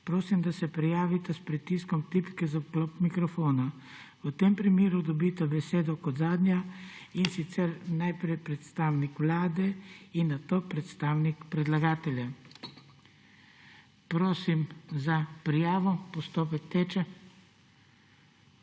prosim, da se prijavite s pritiskom za vklop mikrofona. V tem primeru dobita besedo kot zadnja, in sicer najprej predstavnik Vlade in nato predstavnik predlagatelja. Prosim za prijavo, postopek teče.